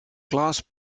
glass